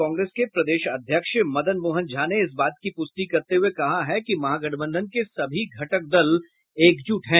कांग्रेस के प्रदेश अध्यक्ष मदन मोहन झा ने इस बात की पूष्टि करते हुए कहा है कि महागठबंधन के सभी घटक दल एकजुट हैं